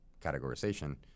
categorization